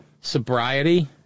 sobriety